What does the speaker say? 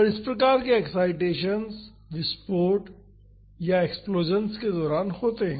और इस प्रकार के एक्साइटेसन्स विस्फोट या एक्सप्लोसंस के दौरान होते है